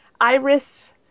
Iris